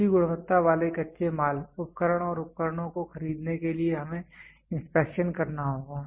अच्छी गुणवत्ता वाले कच्चे माल उपकरण और उपकरणों को खरीदने के लिए हमें इंस्पेक्शन करना होगा